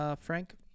Frank